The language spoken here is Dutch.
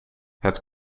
het